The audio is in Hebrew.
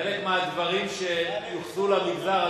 חלק מהדברים שיוחסו למגזר,